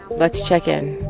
let's check in.